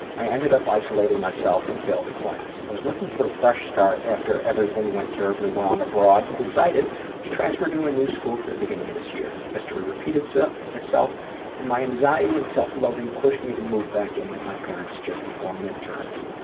i ended up isolating myself and failed a class. i was looking for a fresh start after everything went terribly wrong abroad and decided to transfer to a new school for the beginning of this year. history repeated so itself and my anxiety and self-loathing pushed me to move back in with my parents just before midterms.